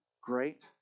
great